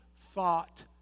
thought